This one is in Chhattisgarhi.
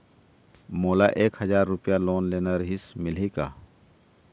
मोला एक हजार रुपया लोन लेना रीहिस, मिलही का?